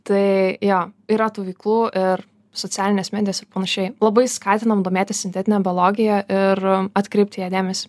tai jo yra tų veiklų ir socialinės medijos ir panašiai labai skatinam domėtis sintetine biologija ir atkreipt į ją dėmesį